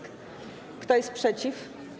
Kto jest przeciw?